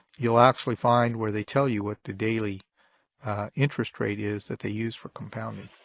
you'll actually find where they tell you what the daily interest rate is that they use for compounding.